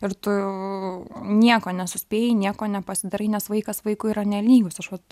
ir tu nieko nesuspėji nieko nepasidarai nes vaikas vaikui yra nelygus aš vat